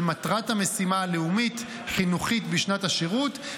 של מטרת המשימה הלאומית-חינוכית בשנת השירות,